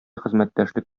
хезмәттәшлек